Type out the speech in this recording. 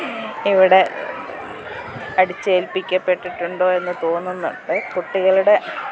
ഇവിടെ അടിച്ചേൽപ്പിക്കപ്പെട്ടിട്ടുണ്ടോ എന്നു തോന്നുന്നുണ്ട് കുട്ടികളുടെ